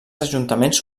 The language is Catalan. ajuntaments